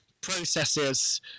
processes